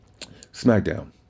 Smackdown